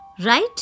Right